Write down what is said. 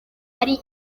ari